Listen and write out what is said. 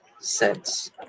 sets